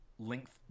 Length